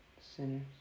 sinners